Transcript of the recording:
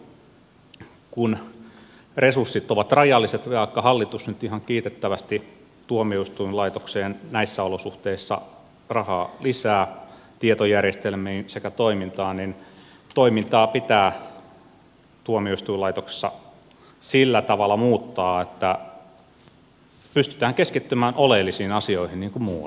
valitettavasti kun resurssit ovat rajalliset vaikka hallitus nyt ihan kiitettävästi tuomioistuinlaitokseen näissä olosuhteissa rahaa lisää tietojärjestelmiin sekä toimintaan toimintaa pitää tuomioistuinlaitoksessa sillä tavalla muuttaa että pystytään keskittymään oleellisiin asioihin niin kuin muuallakin